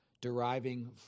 deriving